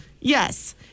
Yes